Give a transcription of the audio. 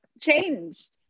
changed